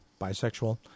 bisexual